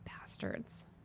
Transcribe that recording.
bastards